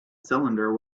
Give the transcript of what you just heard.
cylinder